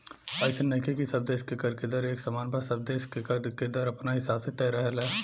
अइसन नइखे की सब देश के कर के दर एक समान बा सब देश के कर के दर अपना हिसाब से तय रहेला